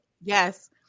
yes